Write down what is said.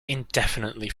indefinitely